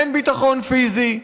אין ביטחון פיזי,